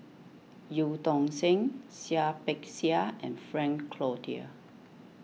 Eu Tong Sen Seah Peck Seah and Frank Cloutier